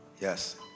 yes